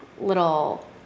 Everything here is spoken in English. little